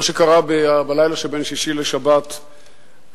מה שקרה בלילה שבין שישי לשבת במועצת